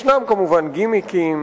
ישנם כמובן גימיקים,